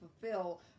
fulfill